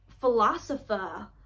philosopher